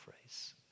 phrase